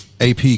AP